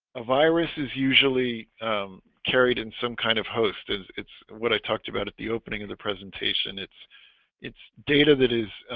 a virus is usually carried in some kind of host is it's what i talked at the opening of the presentation. it's it's data that is